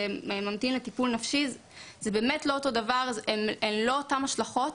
ילד שממתין חודש לטיפול נפשי זה לא אותו דבר וזה לא אותן השלכות.